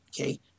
okay